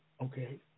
Okay